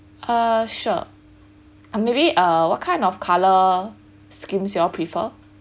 uh sure uh maybe uh what kind of colour schemes y'all prefer